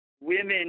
women